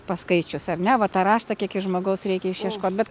paskaičius ar ne va tą raštą kiek iš žmogaus reikia išieškot bet